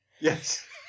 Yes